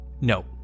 No